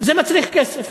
זה מצריך כסף.